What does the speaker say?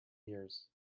years